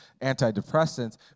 antidepressants